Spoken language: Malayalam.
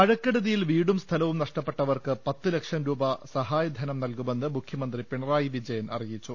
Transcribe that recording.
മഴക്കെടുതിയിൽ വീടും സ്ഥലവും നഷ്ടപ്പെട്ടവർക്ക് പത്തു ലക്ഷം രൂപ സഹായധനം നൽകുമെന്ന് മുഖ്യമന്ത്രി പിണറായി വിജയൻ അറിയിച്ചു